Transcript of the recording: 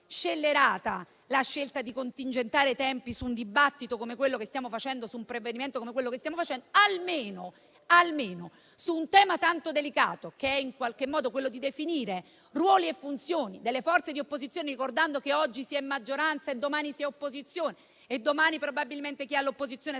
la scelta di contingentare i tempi su un dibattito come quello che stiamo facendo, su un provvedimento come quello che stiamo esaminando, almeno su un tema tanto delicato qual è quello di definire ruoli e funzioni delle forze di opposizione. Ricordo infatti che oggi si è maggioranza e domani si è opposizione e domani probabilmente chi è all'opposizione